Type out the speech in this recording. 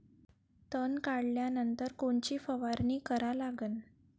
तन काढल्यानंतर कोनची फवारणी करा लागन?